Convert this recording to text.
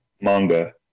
manga